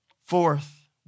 Fourth